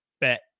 bet